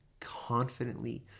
confidently